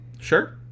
sure